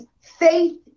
faith